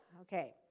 Okay